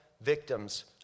victims